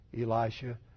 Elisha